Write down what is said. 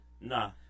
Nah